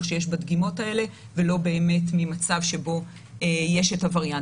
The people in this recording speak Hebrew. מאוד שיש בדגימות האלה ולא ממצב שבו יש הווריאנט,